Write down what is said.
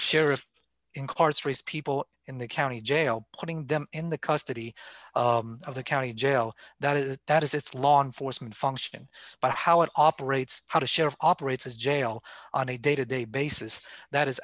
sheriff incarcerate people in the county jail putting them in the custody of the county jail that is that is its law enforcement function but how it operates how to share of operates a jail on a day to day basis that is